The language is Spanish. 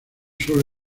solo